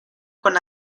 con